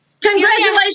Congratulations